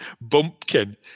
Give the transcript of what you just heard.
bumpkin